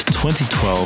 2012